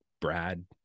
Brad